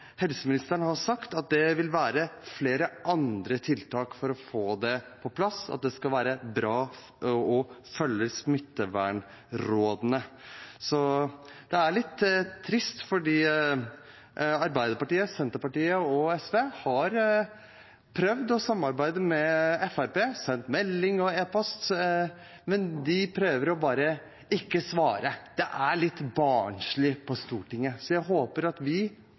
helseministeren har sagt at det vil være flere andre tiltak for å få det på plass, at det skal være bra og følge smittevernrådene. Det er litt trist, for Arbeiderpartiet, Senterpartiet og SV har prøvd å samarbeide med Fremskrittspartiet, sendt melding og e-post, men de prøver å bare ikke svare. Det er litt barnslig på Stortinget. Jeg håper at vi